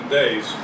days